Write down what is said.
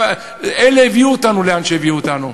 אלה שהביאו אותנו לאן שהביאו אותנו.